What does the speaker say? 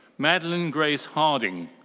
madelaine grace harding.